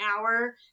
hour